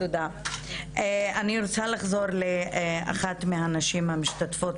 אני רוצה לחזור לאחת מהנשים המשתתפות,